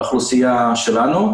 לאוכלוסייה שלנו.